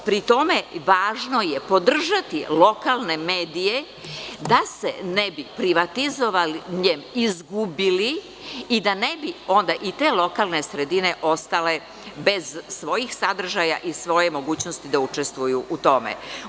Pri tome, važno je podržati lokalne medije da se ne bi privatizovanjem izgubili i da ne bi i te lokalne sredine ostale bez svojih sadržaja i svoje mogućnosti da učestvuju u tome.